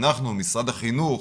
אנחנו, משרד החינוך,